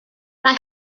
mae